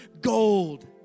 gold